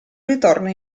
ritorno